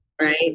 Right